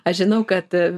aš žinau kad